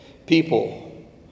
People